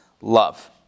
Love